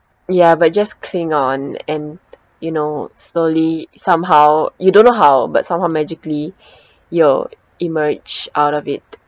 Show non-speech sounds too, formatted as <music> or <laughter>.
ya but just cling on and you know slowly somehow you don't know how but somehow magically <breath> you'll emerge out of it